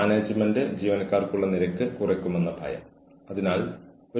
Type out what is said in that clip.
കൂടാതെ വ്യക്തിയുടെ കോപം കുറയാനും സാധ്യതയുണ്ട്